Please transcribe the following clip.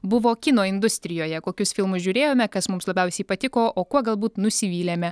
buvo kino industrijoje kokius filmus žiūrėjome kas mums labiausiai patiko o kuo galbūt nusivylėme